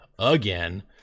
Again